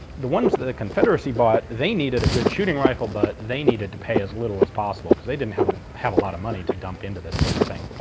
the ones that the confederacy bought, they needed needed a good shooting rifle, but they needed to pay as little as possible because they didn't have a have a lot of money to dump into this sort of thing.